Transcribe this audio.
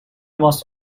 was